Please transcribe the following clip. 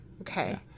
Okay